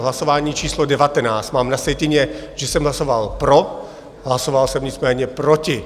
V hlasování číslo devatenáct mám na sjetině, že jsem hlasoval pro, hlasoval jsem nicméně proti.